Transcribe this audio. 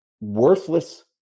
worthless